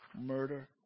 murder